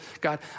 God